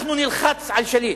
אנחנו נלחץ על שליט,